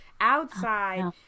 outside